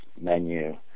menu